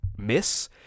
miss